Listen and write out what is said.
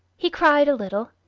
he cried a little,